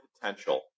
potential